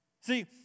See